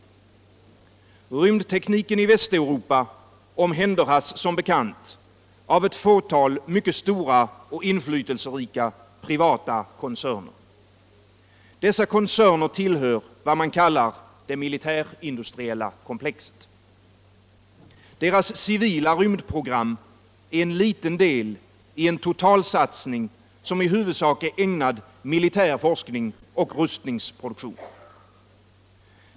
Rymdtekniken i Västeuropa omhänderhas av ett fåtal mycket stora och inflytelserika privata koncerner. Dessa koncerner tillhör vad man kallar det militärindustriella komplexet. Deras civila rymdprogram är en liten del i en totalsatsning som i huvudsak är ägnad militär forskning och rustningsproduktion.